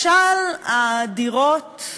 משל הדירות,